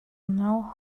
now